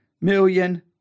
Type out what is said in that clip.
million